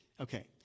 Okay